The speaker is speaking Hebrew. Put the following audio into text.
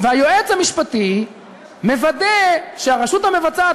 והיועץ המשפטי מוודא שהרשות המבצעת,